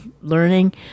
learning